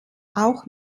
auch